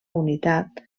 unitat